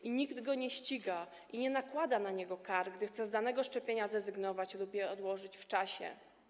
I nikt go nie ściga ani nie nakłada na niego kar, gdy chce z danego szczepienia zrezygnować lub je odłożyć w czasie.